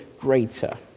greater